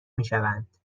میشوند